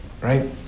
right